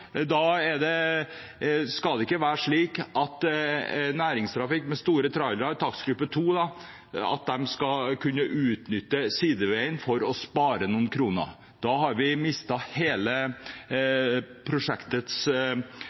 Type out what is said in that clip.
da skal det ikke være slik at næringstrafikk med store trailere, i takstgruppe 2, skal kunne utnytte sideveiene for å spare noen kroner. Vi har mistet hele prosjektets